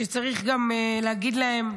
שצריך גם להגיד להם,